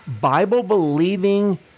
Bible-believing